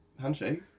Handshake